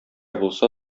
булса